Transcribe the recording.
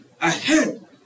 ahead